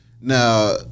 Now